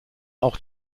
auch